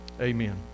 Amen